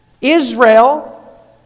Israel